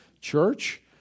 church